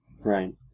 Right